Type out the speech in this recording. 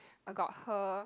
got her